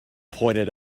pointed